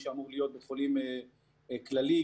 זה בית חולים שאמור להיות בית חולים כללי,